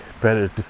better